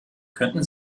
könnten